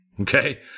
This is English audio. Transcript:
okay